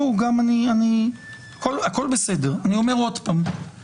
כל הרפורמה נועדה לאפשר לממשלה לבצע החלטות ממשלה.